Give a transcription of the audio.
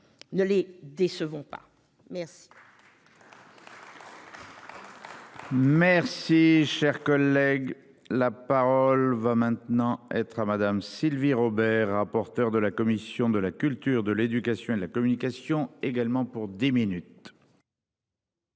Ne les décevrons pas. Merci.